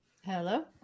hello